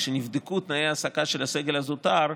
כשנבדקו תנאי ההעסקה של הסגל הזוטר,